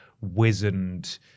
wizened